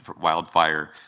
wildfire